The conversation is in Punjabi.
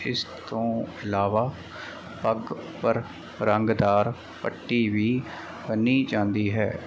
ਇਸ ਤੋਂ ਇਲਾਵਾ ਪੱਗ ਉੱਪਰ ਰੰਗਦਾਰ ਪੱਟੀ ਵੀ ਬੰਨੀ ਜਾਂਦੀ ਹੈ